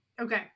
okay